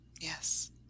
Yes